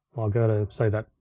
i'll go to say, that,